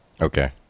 Okay